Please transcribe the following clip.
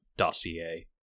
dossier